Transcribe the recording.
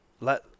let